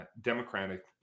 Democratic